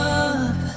up